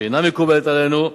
שאינה מקובלת עלינו,